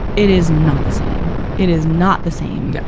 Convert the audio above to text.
it is not the same it is not the same. yeah